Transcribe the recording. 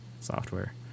Software